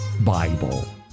Bible